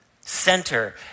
center